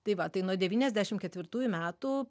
tai va tai nuo devyniasdešim ketvirtųjų metų